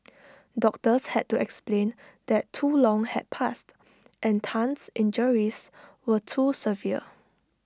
doctors had to explain that too long had passed and Tan's injuries were too severe